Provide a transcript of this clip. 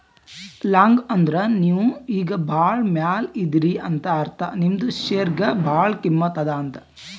long ಅಂದುರ್ ನೀವು ಈಗ ಭಾಳ ಮ್ಯಾಲ ಇದೀರಿ ಅಂತ ಅರ್ಥ ನಿಮ್ದು ಶೇರ್ಗ ಭಾಳ ಕಿಮ್ಮತ್ ಅದಾ ಅಂತ್